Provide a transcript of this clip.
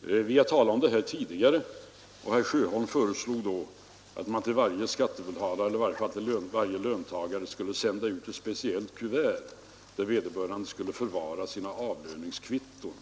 Vi har talat om det här tidigare, och herr Sjöholm föreslog då att man till varje skattebetalare eller i varje fall till löntagarna skulle sända ut ett speciellt kuvert, där vederbörande skulle förvara sina avlöningskvitton.